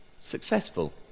successful